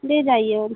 ले जाइए उनको